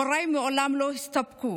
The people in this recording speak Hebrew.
הוריי מעולם לא הסתפקו